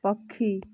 ପକ୍ଷୀ